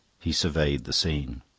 he surveyed the scene.